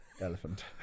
Elephant